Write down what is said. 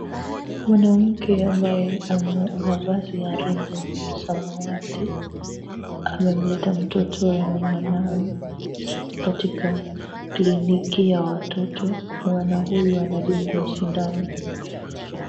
Mwanamke ambaye amevaa mavazi ya rinda ya samawati, amemleta mtoto ama mwanawe katika kliniki ya watoto. Mwana huyu anadungwa sindano.